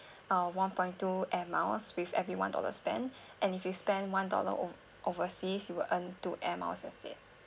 uh one point two air miles with every one dollar spend and if you spend one dollar over~ overseas you will earn two air miles instead